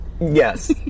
Yes